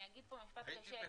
אני אגיד פה משפט קשה,